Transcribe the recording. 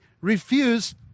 refuse